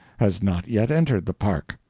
has not yet entered the park.